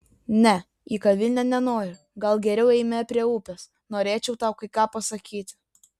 ne į kavinę nenoriu gal geriau eime prie upės norėčiau tau kai ką pasakyti